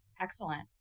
Excellent